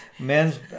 Men's